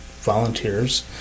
volunteers